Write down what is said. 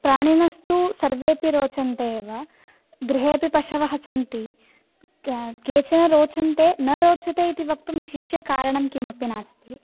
प्राणिनस्तु सर्वेपि रोचन्ते एव गृहेपि पशवः सन्ति केचन रोचन्ते न रोचते इति वक्तुं विशिष्य कारणं किमपि नास्ति